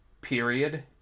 Period